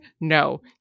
No